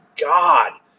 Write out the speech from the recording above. God